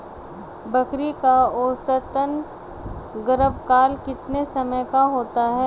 बकरी का औसतन गर्भकाल कितने समय का होता है?